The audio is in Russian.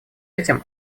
этим